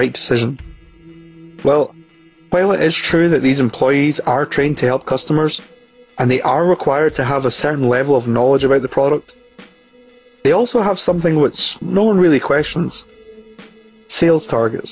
right decision well while it is true that these employees are trained to help customers and they are required to have a certain level of knowledge about the product they also have something what's known really questions sales target